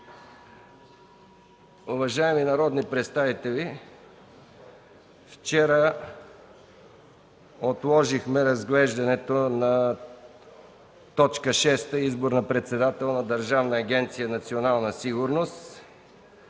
Уважаеми народни представители, вчера отложихме разглеждането на т. 6 – Избор на председател на Държавна агенция „Национална сигурност“.